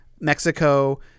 mexico